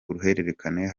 uruhererekane